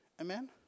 Amen